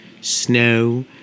snow